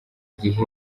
gihe